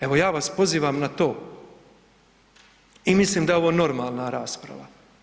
Evo ja vas pozivam na to i mislim da je ovo normalna rasprava.